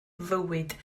fywyd